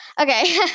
Okay